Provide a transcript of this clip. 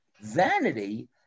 Vanity